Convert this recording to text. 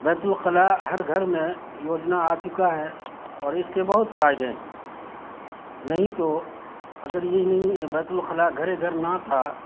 بیت الخلا ہر گھر میں یوجنا آ چکا ہے اور اس کے بہت فائدے ہیں نہیں تو اگر یہ نہیں بیت الخلا گھرے گھر نہ تھا